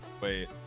Wait